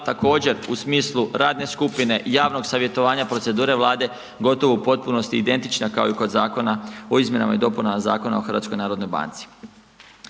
također u smislu radne skupine, javnog savjetovanja, procedura Vlade, gotovo u potpunosti identična kao i kod zakona o izmjenama i dopunama Zakona o HNB-u. Važećim